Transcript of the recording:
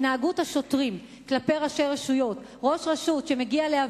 התנהגות השוטרים כלפי ראשי רשויות,